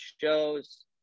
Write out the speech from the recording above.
shows